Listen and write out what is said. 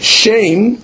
shame